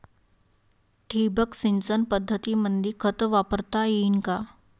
ठिबक सिंचन पद्धतीमंदी खत वापरता येईन का?